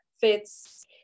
fits